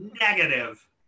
negative